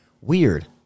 Weird